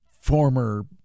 former